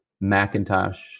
Macintosh